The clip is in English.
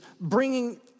bringing